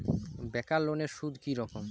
বেকার লোনের সুদ কি রকম?